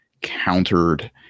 countered